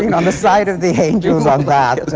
you know on the side of the angels on that.